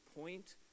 point